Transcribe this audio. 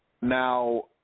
Now